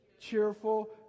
cheerful